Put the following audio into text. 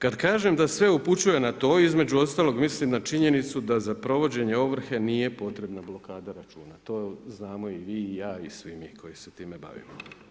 Kada kažem da sve upućuje na to između ostalog mislim na činjenicu da za provođenje ovrhe nije potrebna blokada računa, to znamo i mi i ja i svi mi koji se time bavimo.